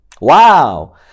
Wow